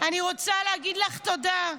אני רוצה להגיד לך תודה.